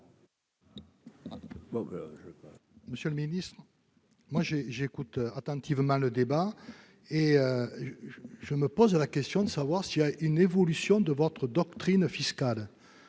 Monsieur le Ministre, moi j'ai j'écoute attentivement le débat et je me pose la question de savoir s'il y a une évolution de votre doctrine fiscale,